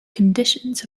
conditions